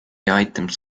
items